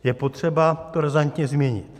Je potřeba to razantně změnit.